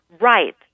Right